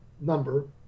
number